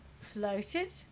floated